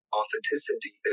authenticity